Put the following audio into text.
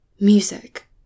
Music